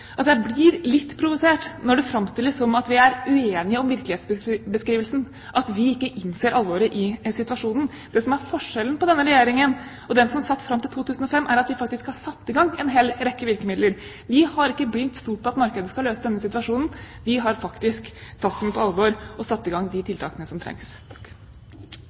at jeg blir litt provosert når det framstilles som at vi er uenige om virkelighetsbeskrivelsen, at vi ikke innser alvoret i situasjonen. Det som er forskjellen på denne regjeringen og den som satt fram til 2005, er at vi har satt i gang en hel rekke tiltak. Vi har ikke blindt stolt på at markedet skal løse denne situasjonen. Vi har faktisk tatt den på alvor og satt i gang de tiltakene som trengs.